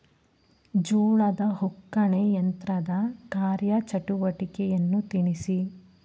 ಜೋಳದ ಒಕ್ಕಣೆ ಯಂತ್ರದ ಕಾರ್ಯ ಚಟುವಟಿಕೆಯನ್ನು ತಿಳಿಸಿ?